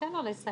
תן לו לסיים.